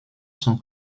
son